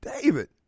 David